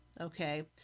Okay